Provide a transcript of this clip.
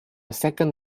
second